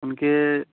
उनके